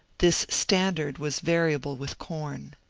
this standard was variable with corn.